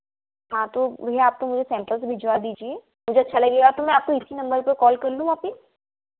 हाँ तो भैया आप तो मुझे सैम्पल्स भिजवा दीजिए मुझे अच्छा लगेगा तो मैं आपको इसी नम्बर पर कॉल कर लूँ वापस